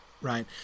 Right